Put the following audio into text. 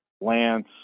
Lance